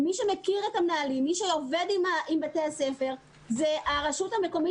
מי שעובד עם בתי הספר ועם המנהלים,